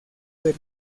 del